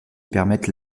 permettent